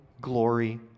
glory